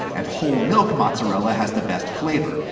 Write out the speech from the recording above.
and whole-milk mozzarella has the best flavor.